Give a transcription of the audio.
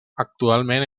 actualment